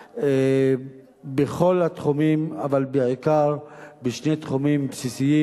בכל התחומים, אבל בעיקר בשני תחומים בסיסיים.